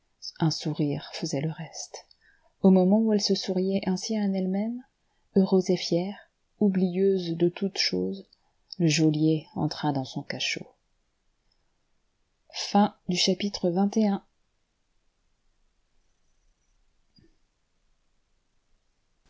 un sourire faisait le reste au moment où elle se souriait ainsi à elle-même heureuse et fière oublieuse de toutes choses le geôlier entra dans son cachot xxii